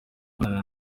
mbonana